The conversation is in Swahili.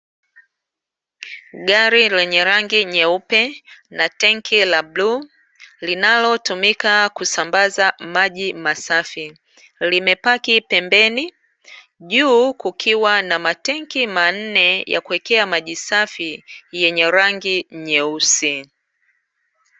Gari lenye rangi nyeupe na tenki la bluu linalotumika kusambaza maji masafi, limepaki pembeni juu kukiwa na matenki manne yakuekea maji safi yenye rangi nyeusi.